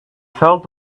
felt